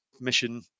mission